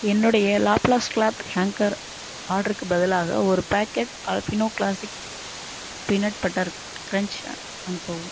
என்னுடைய Laplast cloth hanger ஆர்ட்ருக்குப் பதிலாக ஒரு packet Alpino classic peanut butter crunch அனுப்பவும்